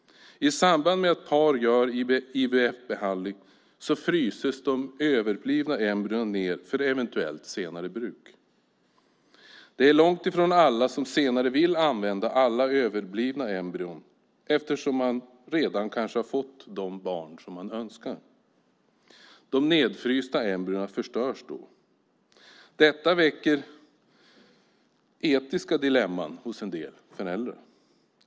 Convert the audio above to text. I samband med att par gör IVF-behandling fryses de överblivna embryona ned för eventuellt senare bruk. Det är långt ifrån alla som senare vill använda alla överblivna embryon, eftersom man redan kanske fått de barn som man önskar. De nedfrysta embryona förstörs då. Detta väcker etiska dilemman hos en del föräldrar.